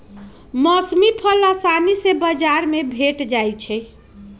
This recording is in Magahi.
मौसमी फल असानी से बजार में भेंट जाइ छइ